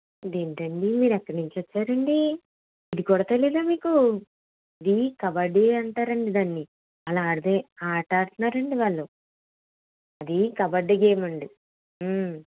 ఏంటండి మీరు ఎక్కడి నుంచి వచ్చారండి ఇది కూడా తెలియదా మీకు దీన్ని కబడ్డీ అంటారు అండి దాన్ని అలా ఆడితే ఆట ఆడుతాన్నారు అండి వాళ్ళు అది కబడ్డీ గేమ్ అండి